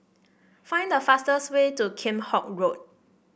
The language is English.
find the fastest way to Kheam Hock Road